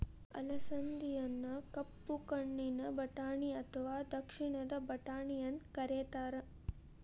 ಅಲಸಂದಿಯನ್ನ ಕಪ್ಪು ಕಣ್ಣಿನ ಬಟಾಣಿ ಅತ್ವಾ ದಕ್ಷಿಣದ ಬಟಾಣಿ ಅಂತ ಕರೇತಾರ